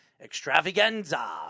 extravaganza